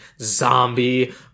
zombie